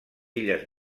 illes